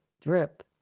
drip